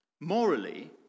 morally